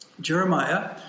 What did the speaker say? Jeremiah